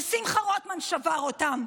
ושמחה רוטמן שבר אותם.